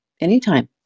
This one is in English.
Anytime